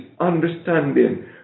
understanding